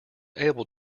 able